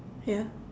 ya